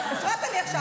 הפרעת לי עכשיו,